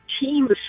team